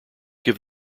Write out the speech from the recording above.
give